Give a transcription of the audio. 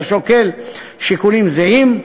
השוקל שיקולים זהים.